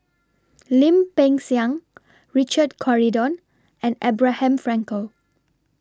Lim Peng Siang Richard Corridon and Abraham Frankel